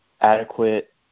adequate